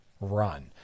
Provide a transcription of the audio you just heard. run